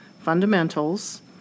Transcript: fundamentals